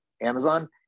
Amazon